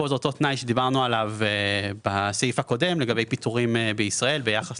כאן זה אותו תנאי שדיברנו עליו בסעיף הקודם לגבי פיטורים בישראל ביחס